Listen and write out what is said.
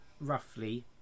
roughly